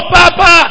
Papa